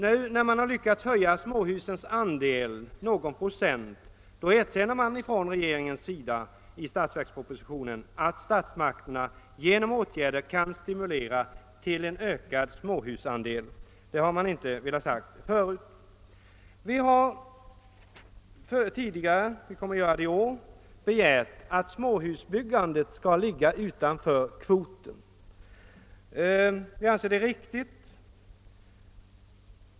När regeringen nu lyckats höja småhusens andel någon procent erkänns i statsverkspropositionen att statsmakterna genom åtgärder kan stimulera till en ökning av småhusandelen, något som man inte förut velat hålla med om. Vi har tidigare begärt, och kommer också att göra det i år, att små husbyggandet skall ligga utanför kvoten.